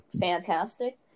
fantastic